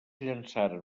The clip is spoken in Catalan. llançaren